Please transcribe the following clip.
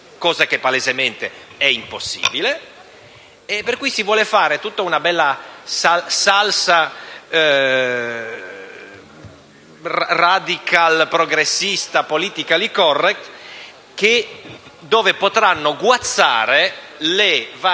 cosa che palesemente è impossibile. Si vuole allora fare tutta una bella salsa radical-progressista, *politically correct*, dove potranno guazzare le varie